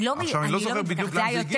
אני לא זוכר בדיוק לאן זה הגיע,